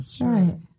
right